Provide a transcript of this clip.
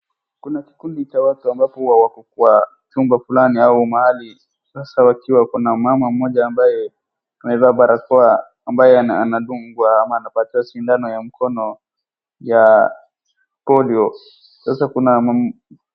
Kuna kikundi cha watu ambapo huwa wako kwa chumba fulani au mahali sasa wakiwa kuna mama mmoja ambaye amevaa barakoa ambaye anadungwa ama anapatiwa sindano ya mkono ya polio sasa kuna.